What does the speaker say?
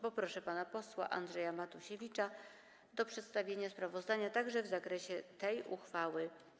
Poproszę pana posła Andrzeja Matusiewicza o przedstawienie sprawozdania komisji także w zakresie tej uchwały.